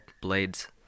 blades